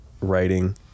writing